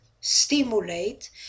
stimulate